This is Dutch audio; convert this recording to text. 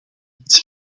niets